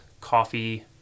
coffee